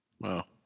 wow